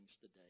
today